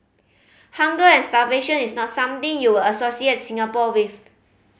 hunger and starvation is not something you would associate Singapore with